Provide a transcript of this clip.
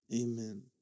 Amen